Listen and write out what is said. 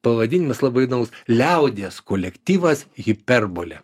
pavadinimaslabai įdomus liaudies kolektyvas hiperbolė